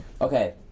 Okay